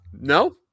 no